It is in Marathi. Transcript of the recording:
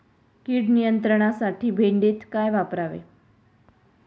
कीड नियंत्रणासाठी भेंडीत काय वापरावे?